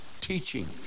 teaching